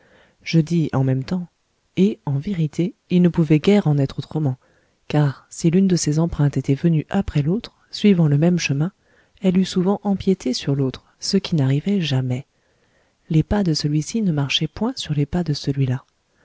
je dis en même temps et en vérité il ne pouvait guère en être autrement car si l'une de ces empreintes était venue après l'autre suivant le même chemin elle eût souvent empiété sur l'autre ce qui n'arrivait jamais les pas de celui-ci ne marchaient point sur les pas de celui-là